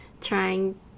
trying